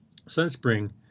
Sunspring